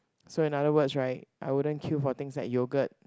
so in other words right I wouldn't queue for things like yoghurt